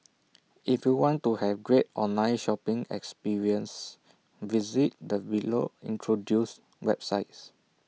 if you want to have great online shopping experiences visit the below introduced websites